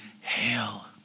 hail